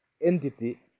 entity